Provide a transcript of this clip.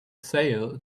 sail